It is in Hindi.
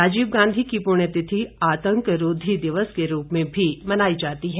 राजीव गांधी की पुण्यतिथि आतंक रोधी दिवस के रूप में भी मनाई जाती है